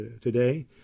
today